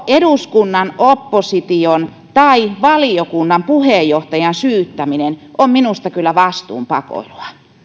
eduskunnan opposition tai valiokunnan puheenjohtajan syyttäminen on minusta kyllä vastuun pakoilua